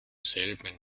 selben